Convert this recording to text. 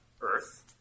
Earth